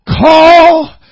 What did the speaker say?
call